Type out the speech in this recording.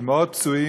והיו מאות פצועים.